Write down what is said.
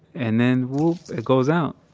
and then, whoop, it goes out.